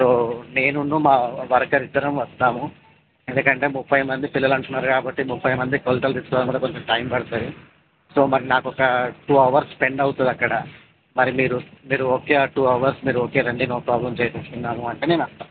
so నేనూనూ మా worker ఇద్దరము వస్తాము ఎందుకంటే ముప్పై మంది పిల్లలు అంటున్నారు కాబట్టి ముప్పై మంది కొలతలు తీసుకోవడానికి కొంచెం టైం పడుతుంది సో మరి నాకు ఒక టూ అవర్స్ స్పెండ్ అవుతుంది అక్కడ మరి మీరు మీరు ఓకే ఆ టూ అవర్స్ మీరు ఓకే అండి నో ప్రాబ్లం చేసేసుకుందాము అంటే నేను వస్తాను